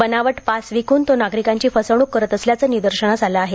बनावट पास विक्न तो नागरिकांची फसवाणुक करत असल्याचं निदर्शनांस आलं आहे